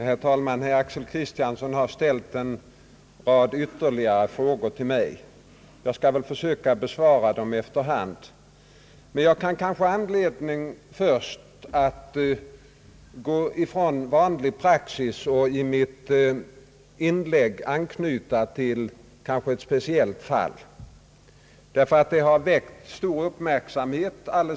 Herr talman! Herr Axel Kristiansson har ställt en rad ytterligare frågor till mig. Jag skall försöka besvara dem efter hand. Men jag kanske kan ha anledning att först gå ifrån vanlig praxis och i mitt inlägg anknyta till ett speciellt fall, därför att det har väckt stor uppmärksamhet.